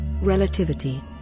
Relativity